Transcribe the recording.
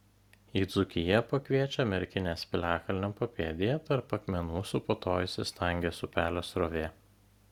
į dzūkiją pakviečia merkinės piliakalnio papėdėje tarp akmenų suputojusi stangės upelio srovė